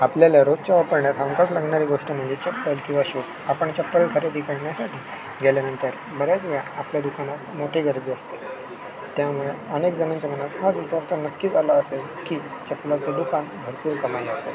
आपल्याला रोजच्या वापरण्यात हमखास लागणारी गोष्ट म्हणजे चप्पल किंवा शूज आपण चप्पल खरेदी करण्यासाठी गेल्यानंतर बऱ्याच वेळा आपल्या दुकानात मोठी गर्दी असते त्यामुळे अनेक जणांच्या मनात हाच विचार त नक्कीच आला असेल की चप्पलाचं दुकान भरपूर कमाई असेल